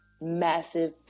massive